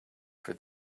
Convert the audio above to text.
for